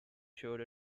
showed